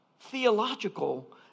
theological